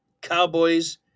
Cowboys